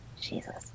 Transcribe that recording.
Jesus